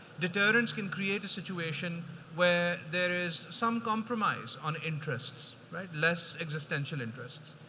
deterrence can create a situation where there is some compromise on interests, right? less existential interests.